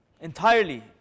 Entirely